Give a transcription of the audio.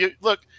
look